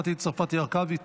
מטי צרפתי הרכבי,